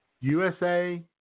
USA